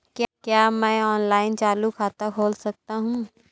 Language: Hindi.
क्या मैं ऑनलाइन चालू खाता खोल सकता हूँ?